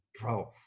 Bro